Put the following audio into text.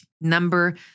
number